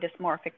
dysmorphic